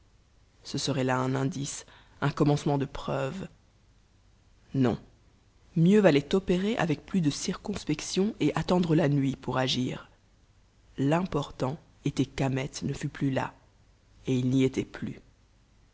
ce serait là un indice un commencement de preuve non mieux valait opérer avec plus de circonspection et attendre la nuit pour agir l'important était qu'ahmet ne fût plus là et il n'y était plus